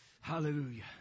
Hallelujah